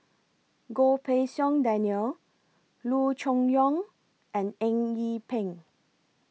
Goh Pei Siong Daniel Loo Choon Yong and Eng Yee Peng